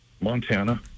Montana